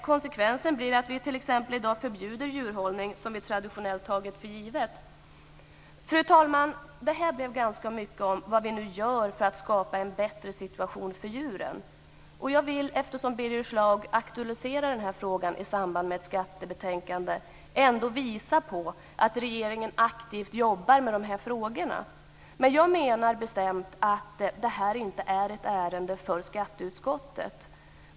Konsekvensen blir att vi i dag t.ex. förbjuder djurhållning som vi traditionellt tagit för given. Fru talman! Det här blev ganska mycket om vad vi nu gör för att skapa en bättre situation för djuren. Jag vill, eftersom Birger Schlaug aktualiserat frågan i samband med ett skattebetänkande, ändå visa på att regeringen aktivt jobbar med de här frågorna. Men jag menar bestämt att det här inte är ett ärende för skatteutskottet.